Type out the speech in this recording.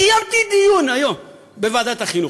קיימתי דיון היום בוועדת החינוך.